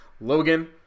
Logan